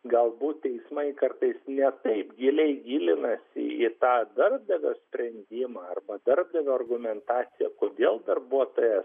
galbūt teismai kartais ne taip giliai gilinasi į tą darbdavio sprendimą arba darbdavio argumentaciją kodėl darbuotojas